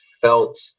felt